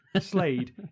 Slade